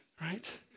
right